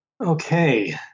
Okay